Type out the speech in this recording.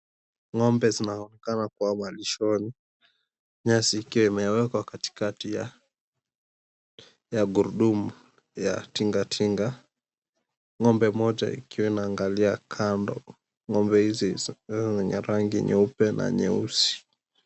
Ng'ombe zinaonekana kuwa malishoni, nyasi ikiwa imewekwa katikati ya gurudumu ya tingatinga. Ng'ombe moja ikiwa inaangalia kando. Ng'ombe hizi zina rangi yenye nyeupe na nyeusi.